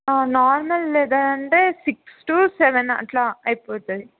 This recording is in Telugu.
నార్మల్ లెదర్ అంటే సిక్స్ టు సెవెన్ అలా అయిపోతుంది